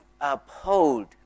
uphold